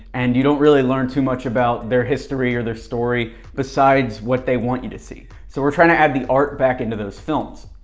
and you don't really learn too much about their history or their story besides what they want you to see. so we're trying to add the art back into those films.